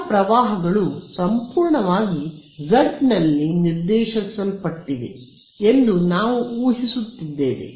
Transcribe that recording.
ಎಲ್ಲಾ ಪ್ರವಾಹಗಳು ಸಂಪೂರ್ಣವಾಗಿ z ನಲ್ಲಿ ನಿರ್ದೇಶಿಸಲ್ಪಟ್ಟಿವೆ ಎಂದು ನಾವು ಊಹಿಸುತ್ತಿದ್ದೇವೆ